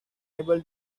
able